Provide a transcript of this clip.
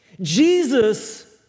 Jesus